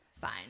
fine